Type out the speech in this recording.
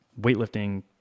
weightlifting